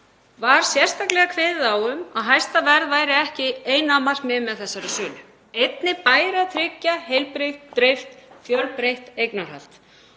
var sérstaklega kveðið á um að hæsta verð væri ekki eina markmiðið með þessari sölu. Einnig bæri að tryggja heilbrigt, dreift og fjölbreytt eignarhald.